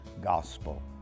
gospel